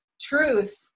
Truth